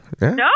no